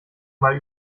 mal